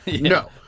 No